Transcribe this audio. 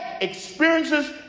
experiences